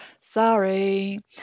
Sorry